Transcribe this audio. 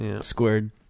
Squared